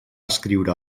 escriure